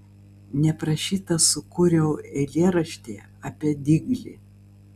neprašyta sukūriau eilėraštį apie diglį